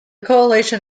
coalition